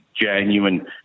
genuine